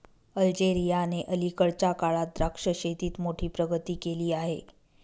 अल्जेरियाने अलीकडच्या काळात द्राक्ष शेतीत मोठी प्रगती केली आहे